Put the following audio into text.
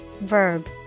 verb